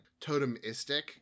totemistic